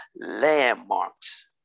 landmarks